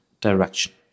direction